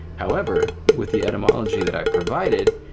however, with the etymology that i provided,